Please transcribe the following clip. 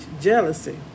jealousy